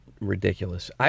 ridiculous